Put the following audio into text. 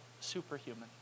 superhuman